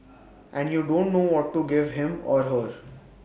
and you don't know what to give him or her